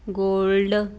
gold